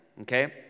okay